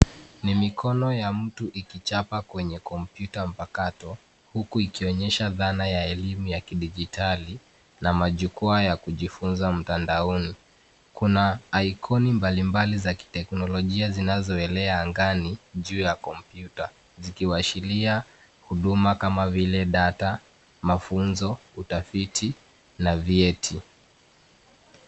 Ni mikono ya mtu ikichapa kwenye kompyuta mpakato huku ikionyesha dhana ya elimu ya kidijitali na majukwaa ya kujifunza mtandaoni. Kuna ikoni mbalimbali za kiteknolojia zinazoelea angani juu ya kompyuta zikiashiria huduma kama vile data, mafunzo utafiti na vyeti.